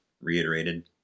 reiterated